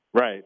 Right